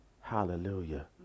Hallelujah